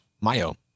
mayo